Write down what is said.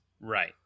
right